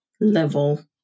level